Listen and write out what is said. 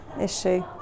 issue